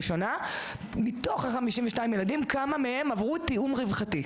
מתוך 52 הילדים כמה עברו תיאום רווחתי?